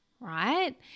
right